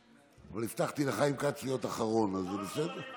אבל הבטחתי לחיים כץ להיות אחרון, אז זה בסדר?